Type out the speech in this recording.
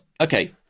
okay